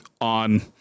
on